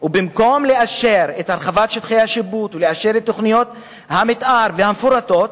ובמקום לאשר את הרחבת שטחי השיפוט ולאשר את תוכניות המיתאר המפורטות,